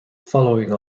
following